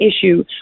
issue